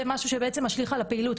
זה משהו שמשליך על הפעילות,